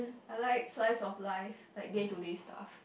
I like slice of life like day to day stuff